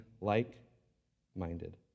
like-minded